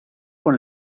con